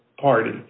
party